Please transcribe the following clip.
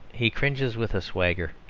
he cringes with a swagger.